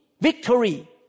victory